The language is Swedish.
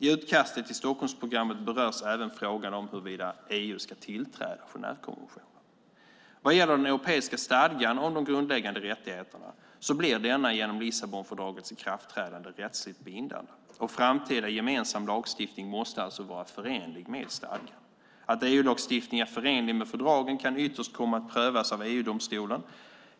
I utkastet till Stockholmsprogrammet berörs även frågan om huruvida EU ska tillträda Genèvekonventionen. Vad gäller den Europeiska stadgan om de grundläggande rättigheterna så blir denna genom Lissabonfördragets ikraftträdande rättsligt bindande och framtida gemensam lagstiftning måste alltså vara förenlig med stadgan. Att EU-lagstiftning är förenlig med fördragen kan ytterst komma att prövas av EU-domstolen.